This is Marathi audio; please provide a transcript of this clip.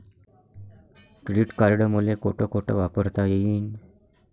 क्रेडिट कार्ड मले कोठ कोठ वापरता येईन?